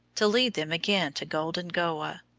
to lead them again to golden goa.